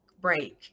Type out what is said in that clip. break